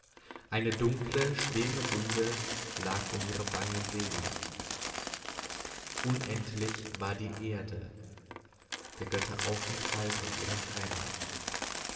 eine dunkle schwere binde lag um ihre bange seele unendlich war die erde der götter aufenthalt und ihre heimat